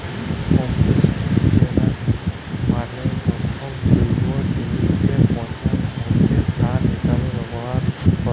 composting ক্যরা মালে যখল জৈব জিলিসকে পঁচায় তাকে সার হিসাবে ব্যাভার ক্যরে